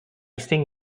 sing